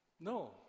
no